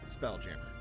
Spelljammer